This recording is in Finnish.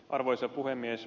arvoisa puhemies